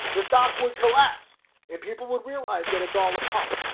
the stock would collapse and people would realize that it's all a pump.